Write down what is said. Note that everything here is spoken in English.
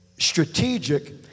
Strategic